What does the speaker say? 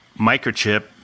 microchip